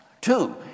Two